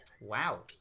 Wow